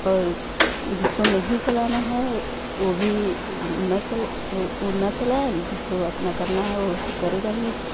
और जिसको नहीं चलाना है वो भी न चलाए वो न चलाए जिसको अपना करना है वो तो करेगा ही